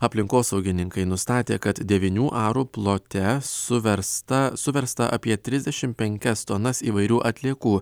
aplinkosaugininkai nustatė kad devynių arų plote suversta suversta apie trisdešimt penkias tonas įvairių atliekų